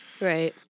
Right